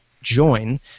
join